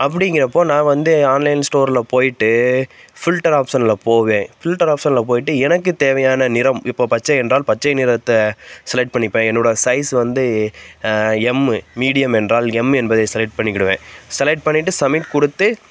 அப்படிங்கிறப்போ நான் வந்து ஆன்லைன் ஸ்டோரில் போயிட்டு ஃபில்டர் ஆப்ஷனில் போவேன் ஃபில்டர் ஆப்ஷனில் போயிட்டு எனக்கு தேவையான நிறம் இப்போ பச்சை என்றால் பச்சை நிறத்த செலக்ட் பண்ணிப்பேன் என்னோட சைஸ் வந்து எம்மு மீடியம் என்றால் எம் என்பதை செலக்ட் பண்ணிக்கிடுவேன் செலக்ட் பண்ணிவிட்டு சப்மிட் கொடுத்து